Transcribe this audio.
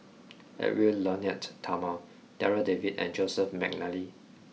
Edwy Lyonet Talma Darryl David and Joseph McNally